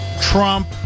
Trump